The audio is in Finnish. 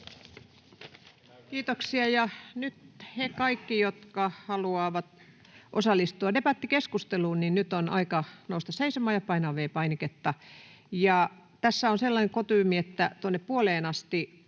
Kiitoksia. — Ja nyt kaikki, jotka haluavat osallistua debattikeskusteluun, nyt on aika nousta seisomaan ja painaa V-painiketta. Ja tässä on sellainen kutyymi, että tuonne puoleen asti,